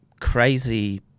crazy